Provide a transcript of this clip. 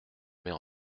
mais